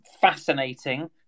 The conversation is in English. fascinating